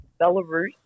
Belarus